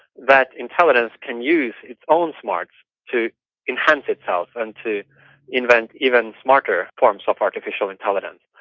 that intelligence can use its own smarts to enhance itself and to invent even smarter forms of artificial intelligence,